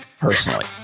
personally